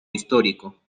histórico